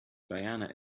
diana